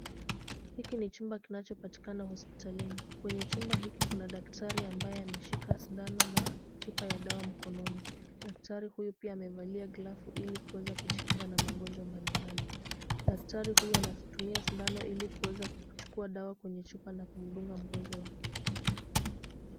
Hiki no chumba kinachopatikana hospitalini .Kwenye chumba hiki kuna daktari ambaye ameshika sindano na chupa ya dawa mkononi. Daktari huyu pia amevalia glavu ili aweze kujikinga na magonjwa mbalimbali .Daktari huyu anatumia sindano ili kuweza kuchukua dawa kwenye chupa na kumdunga mgonjwa wake.